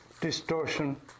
distortion